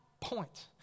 point